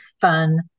fun